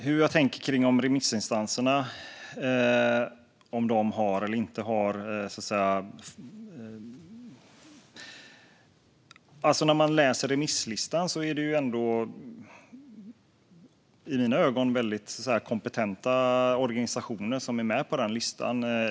Herr talman! Det är väldigt kompetenta organisationer som står med på remisslistan.